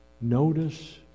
Notice